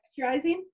texturizing